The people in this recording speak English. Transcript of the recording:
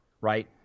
right